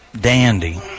dandy